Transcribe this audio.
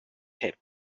had